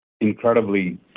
incredibly